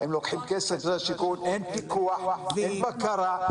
הם לוקחים כסף על שיכון, אין פיקוח, אין בקרה.